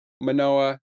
Manoa